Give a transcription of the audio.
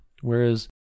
whereas